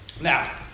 Now